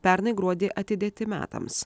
pernai gruodį atidėti metams